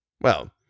Well